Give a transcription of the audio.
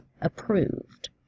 approved